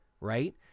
right